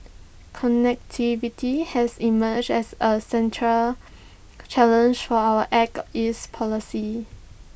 connectivity has emerged as A central challenge for our act east policy